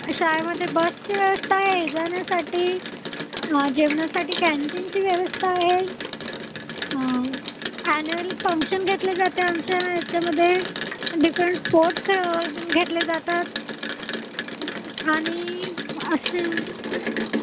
शाळेमध्ये बसची व्यवस्था आहे जाण्यासाठी जेवणासाठी कॅन्टीनची व्यवस्था आहे ॲन्युअल फंक्शन घेतले जाते आमच्या याच्यामध्ये डिफरंट स्पोर्ट्स खेळ खेतले जातात आणि असे